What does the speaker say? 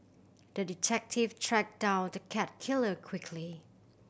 the detective tracked down the cat killer quickly